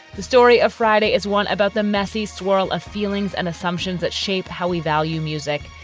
the story of friday is one about the messy swirl of feelings and assumptions that shape how we value music.